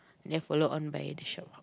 then follow on by the shophouse